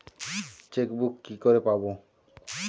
Chequebook কি করে পাবো?